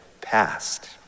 past